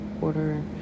water